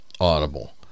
Audible